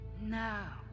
Now